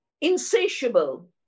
insatiable